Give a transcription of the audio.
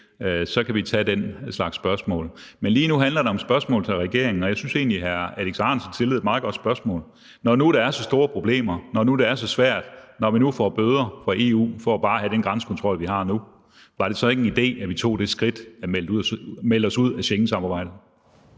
så kan vi tage den slags spørgsmål. Men lige nu handler det om spørgsmål til regeringen, og jeg synes egentlig, at hr. Alex Ahrendtsen stillede et meget godt spørgsmål. Når nu der er så store problemer, når nu det er så svært, når vi nu får bøder fra EU for bare at have den grænsekontrol, vi har nu, var det så ikke en idé, at vi tog det skridt at melde os ud af Schengensamarbejdet?